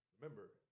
remember